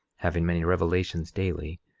having many revelations daily,